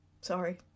sorry